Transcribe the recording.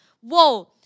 whoa